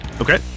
Okay